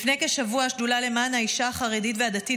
לפני כשבוע השדולה למען האישה החרדית והדתית